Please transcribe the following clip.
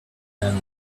then